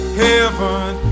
heaven